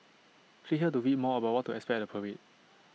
click here to read more about what to expect at the parade